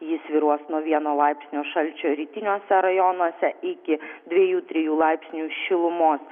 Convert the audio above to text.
ji svyruos nuo vieno laipsnio šalčio rytiniuose rajonuose iki dviejų trijų laipsnių šilumos